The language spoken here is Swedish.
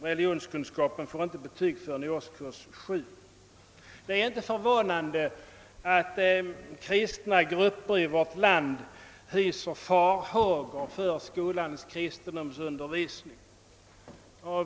Religionskunskapen får inte betyg förrän i årskurs 7. Det är inte förvånande att kristna grupper i vårt land hyser farhågor för skolans kristendomsundervisning.